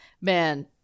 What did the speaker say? Man